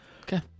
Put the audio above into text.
Okay